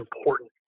important